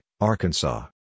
Arkansas